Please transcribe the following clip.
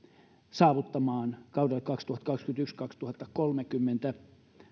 saavuttamaan kaudelle kaksituhattakaksikymmentäyksi viiva kaksituhattakolmekymmentä